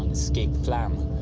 escape plan.